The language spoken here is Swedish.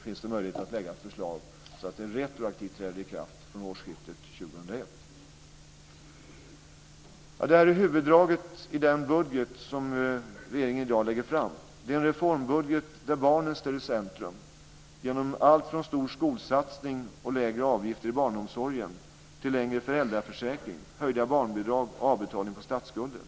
finns det möjlighet att utforma förslaget så att det träder i kraft retroaktivt från årsskiftet Det här är huvuddragen i den budget som regeringen i dag lägger fram. Det är en reformbudget där barnen står i centrum genom allt från en stor skolsatsning och lägre avgifter i barnomsorgen till föräldraförsäkring under längre tid, höjda barnbidrag och avbetalning på statsskulden.